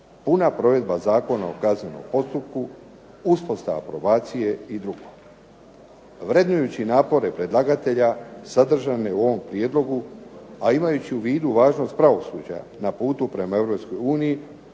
puna provedba Zakona o kaznenom postupku, uspostava probacije i drugo. Vrednujući napore predlagatelja sadržane u ovom prijedlogu, a imajući u vidu važnost pravosuđa na putu prema